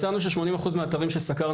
מצאנו ש-80% מהאתרים ששמענו,